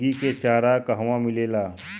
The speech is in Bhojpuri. मुर्गी के चारा कहवा मिलेला?